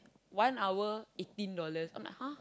one hour eighteen dollars I am like !huh!